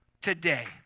Today